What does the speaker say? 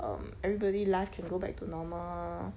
um everybody life can go back to normal